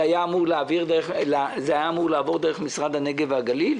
זה היה אמור לעבור דרך משרד הנגב והגליל,